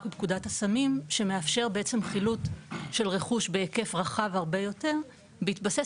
בפקודת הסמים שמאפשר חילוט של רכוש בהיקף רחב הרבה יותר בהתבסס